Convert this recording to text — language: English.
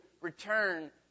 return